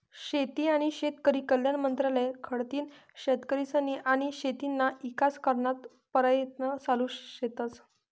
शेती आनी शेतकरी कल्याण मंत्रालय कडथीन शेतकरीस्नी आनी शेतीना ईकास कराना परयत्न चालू शेतस